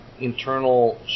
internal